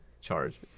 charge